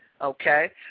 Okay